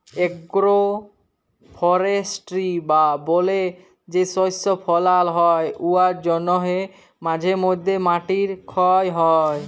agro forestry বা বলে যে শস্য ফলাল হ্যয় উয়ার জ্যনহে মাঝে ম্যধে মাটির খ্যয় হ্যয়